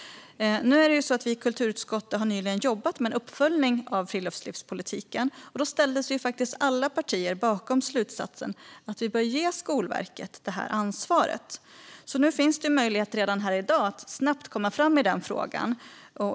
I kulturutskottet har vi nyligen jobbat med en uppföljning av friluftslivspolitiken, och då ställde sig alla partier bakom slutsatsen att vi bör ge Skolverket detta ansvar. Nu finns det därför en möjlighet att snabbt komma fram i den frågan.